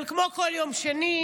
אבל כמו בכל יום שני,